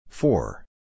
Four